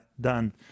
done